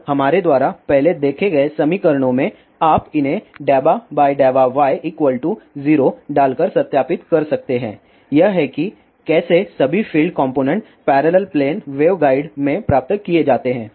और हमारे द्वारा पहले देखे गए समीकरणों में आप इन्हें ∂y0 डालकर सत्यापित कर सकते है यह है कि कैसे सभी field component parallel plane wave guide में प्राप्त किये जाते हैं